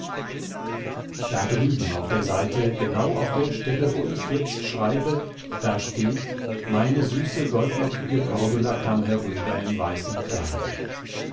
da drüben auf der seite genau auf der stelle wo ich jetzt schreibe da steht meine süße goldlockige cordula kam herüber im weißen kleide